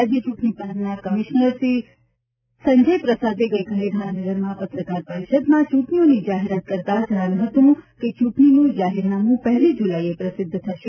રાજ્ય ચૂંટણી પંચના કમિશ્નર શ્રી સંજય પ્રસાદે ગઇકાલે ગાંધીનગરમાં પત્રકાર પરિષદમાં ચૂંટણીઓની જાહેરાત કરતા જણાવ્યું હતું કે ચૂંટણીનું જાહેરનામું પહેલી જુલાઇએ પ્રસિદ્ધ થશે